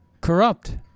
corrupt